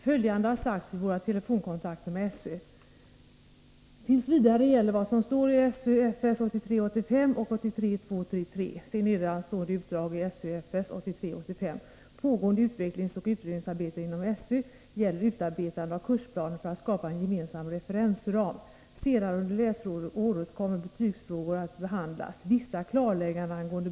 Följande har sagts vid våra telefonkontakter med SÖ: Tills vidare gäller vad som står i SÖ-FS 1983:85 och 1983:233. Se nedanstående utdrag ur SÖ-FS 1983:85. Pågående utredningsoch utvecklingsarbete inom SÖ gäller utarbetande av kursplaner för att skapa en gemensam referensram. Senare under läsåret kommer betygsfrågor att behandlas. Vissa klarlägganden ang.